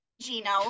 gino